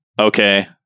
Okay